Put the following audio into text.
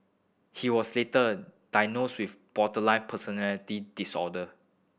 he was later diagnosed with borderline personality disorder